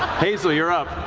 hazel, you're up.